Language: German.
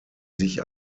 sich